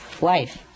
wife